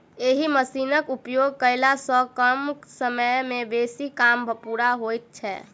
एहि मशीनक उपयोग कयला सॅ कम समय मे बेसी काम पूरा होइत छै